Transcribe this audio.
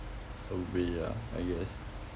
a way ah I guess